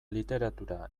literatura